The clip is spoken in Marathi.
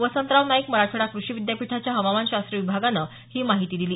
वसंतराव नाईक मराठवाडा कृषी विद्यापीठाच्या हवामानशास्त्र विभागानं ही माहिती दिली